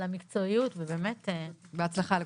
על המקצועיות ובאמת שיהיה בהצלחה לכולנו.